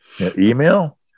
email